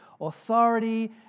authority